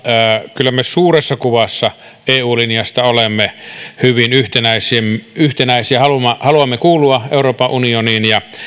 kyllä me suuressa kuvassa eu linjasta olemme hyvin yhtenäisiä yhtenäisiä haluamme haluamme kuulua euroopan unioniin ja